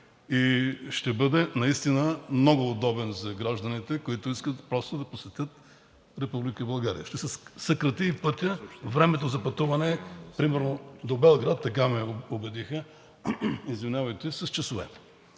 Ще бъде наистина много удобен за гражданите, които искат просто да посетят Република България. Ще се съкрати пътят, времето за пътуване примерно до Белград – така ме убедиха, с часове.